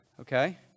Okay